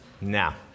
Now